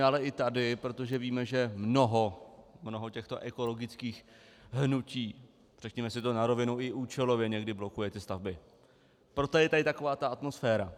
ale i tady, protože víme, že mnoho těchto ekologických hnutí, řekněme si to na rovinu, i účelově někdy blokuje ty stavby, proto je tady taková ta atmosféra.